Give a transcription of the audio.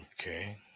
Okay